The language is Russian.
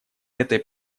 этой